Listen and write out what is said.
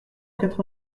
quatre